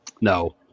No